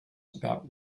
about